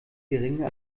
geringer